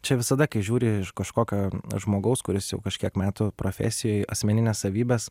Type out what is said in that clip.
čia visada kai žiūri iš kažkokio žmogaus kuris jau kažkiek metų profesijoj asmenines savybes